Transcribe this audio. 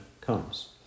comes